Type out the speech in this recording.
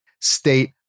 state